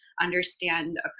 understand